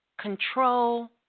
control